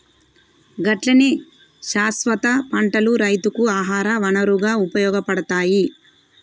గట్లనే శాస్వత పంటలు రైతుకు ఆహార వనరుగా ఉపయోగపడతాయి